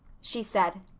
she said.